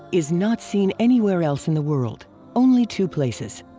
is not seen anywhere else in the world, only two places.